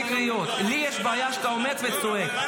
לי יש בעיה שאתה עומד וצועק.